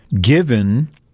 given